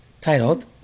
titled